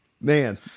man